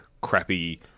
crappy